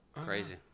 crazy